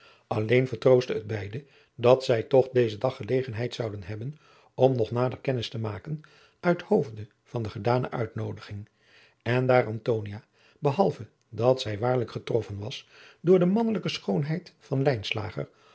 alleen vertroostte het beide dat zij toch dezen dag gelegenheid zouden hebben om nog nader kennis te maken uit hoofde van de gedane uitnoodiging en daar antonia behalve dat zij waarlijk getroffen was door de mannelijke schoonheid van